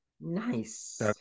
Nice